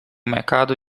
mercado